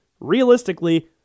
realistically